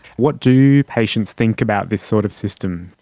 what do patients think about this sort of system?